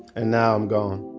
and now i'm gone